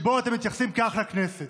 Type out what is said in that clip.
לאיך שאתם מתייחסים לכנסת.